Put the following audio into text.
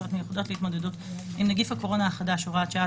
סמכויות מיוחדות להתמודדות עם נגיף הקורונה החדש (הוראת שעה),